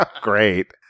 Great